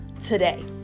today